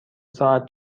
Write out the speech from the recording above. ساعت